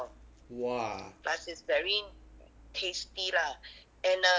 !wah!